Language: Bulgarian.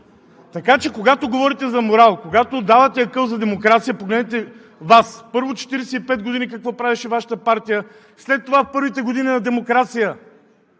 Така че, когато говорите за морал, когато давате акъл за демокрация, погледнете Вас – първо 45 години какво правеше Вашата партия, след това първите години на демокрация!